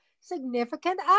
significant